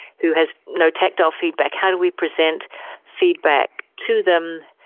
who has no tactile feedback, how do we present feedback to them?